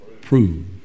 prove